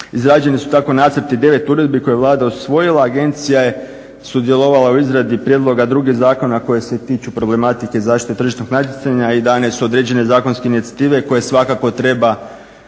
Izrađeni su tako nacrti 9 uredbi koje je Vlada usvojila. Agencija je sudjelovala u izradi prijedloga drugih zakona koji se tiču problematike i zaštite tržišnog natjecanja i dane su određene zakonske inicijative koje svakako treba